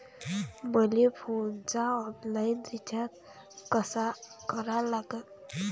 मले फोनचा online recharge कसा करा लागन?